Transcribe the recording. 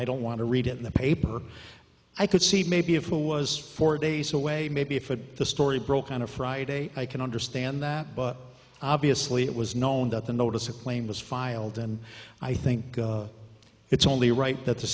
want to read it in the paper i could see maybe if it was four days away maybe if it the story broke on a friday i can understand that but obviously it was known that the notice a claim was filed and i think it's only right that the